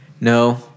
No